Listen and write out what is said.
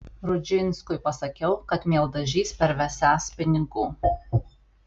rudžinskui pasakiau kad mieldažys pervesiąs pinigų